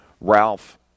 Ralph